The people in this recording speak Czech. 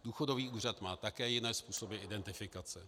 Důchodový úřad má také jiné způsoby identifikace.